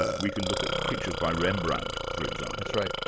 we can look at pictures by rembrandt, for example. that's right.